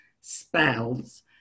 spells